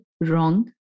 wrong